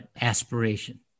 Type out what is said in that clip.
aspiration